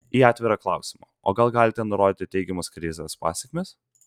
į atvirą klausimą o gal galite nurodyti teigiamas krizės pasekmes